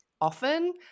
often